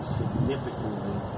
significantly